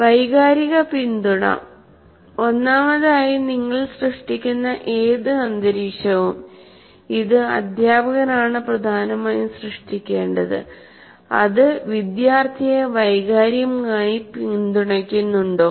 വൈകാരിക പിന്തുണ ഒന്നാമതായി നിങ്ങൾ സൃഷ്ടിക്കുന്ന ഏത് അന്തരീക്ഷവും ഇത് അധ്യാപകനാണ് പ്രധാനമായും സൃഷ്ടിക്കേണ്ടത്അത് വിദ്യാർത്ഥിയെ വൈകാരികമായി പിന്തുണയ്ക്കുന്നുണ്ടോ